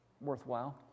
worthwhile